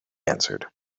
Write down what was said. answered